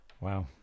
wow